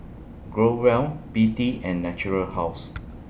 Growell B D and Natura House